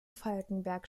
falckenberg